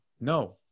No